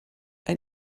ein